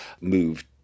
moved